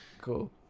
Cool